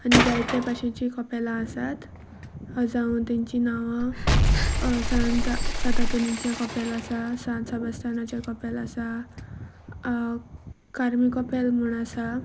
आनी जायते भशेनचीं कपेलां आसात जावं तांचीं नांवां सांत सांत आंतनीचें कपेल आसा सांत सांबास्थावानाचें कपेल आसा कार्मी कपेल म्हूण आसा